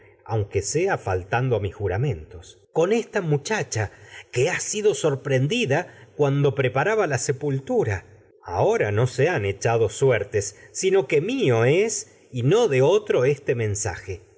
que ra faltando a mis juramentos con esta muchacha ha sido sorprendida cuando ahora no preparaba la sepultu sino que se han echado suertes mió es y que no de otro este mensaje